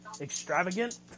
extravagant